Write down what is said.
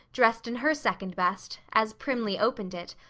dressed in her second best, as primly opened it,